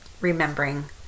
remembering